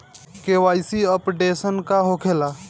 KYC updation का होखेला?